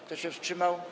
Kto się wstrzymał?